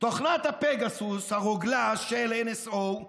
תוכנת הפגסוס, הרוגלה של NSO,